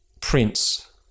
Prince